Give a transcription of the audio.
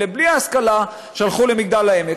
את אלה בלי ההשכלה שלחו למגדל העמק.